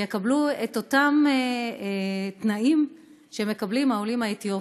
ושיקבלו את אותם תנאים שמקבלים העולים האתיופים.